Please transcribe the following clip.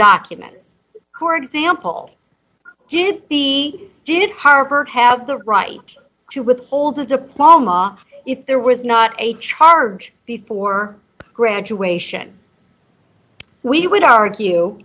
documents for example did he did harper have the right to withhold a diploma if there was not a charge before graduation we would argue